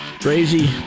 Crazy